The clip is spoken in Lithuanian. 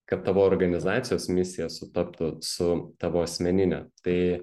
kad tavo organizacijos misija sutaptų su tavo asmenine tai